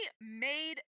made